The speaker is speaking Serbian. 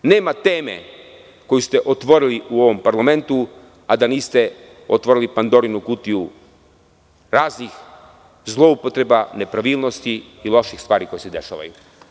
Nema teme koju ste otvorili u ovom parlamentu, a da niste otvorili Pandorinu kutiju raznih zloupotreba, nepravilnosti i loših stvari koje se dešavaju.